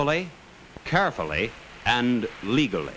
ly carefully and legal